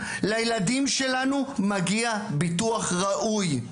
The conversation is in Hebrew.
לילדים שלנו מגיע ביטוח ראוי,